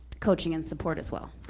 coaching and support as well.